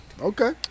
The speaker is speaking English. Okay